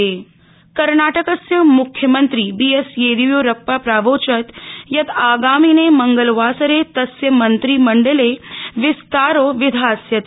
कुर्णाटक कर्णाटकस्य मुख्यमंत्री B S Yediyurappa प्रावोचत् यत् आगामिने मंगलवासरे तस्य मन्त्रिमण्डले विस्तारो विधास्यते